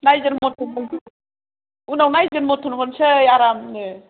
नायजेर मथन हरसै उनाव नायजेर मथन हरसै आरामनो